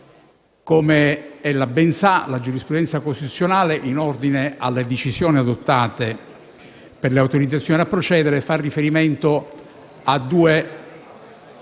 come ella ben sa, la giurisprudenza costituzionale in ordine alle decisioni adottate per le autorizzazioni a procedere fa riferimento a due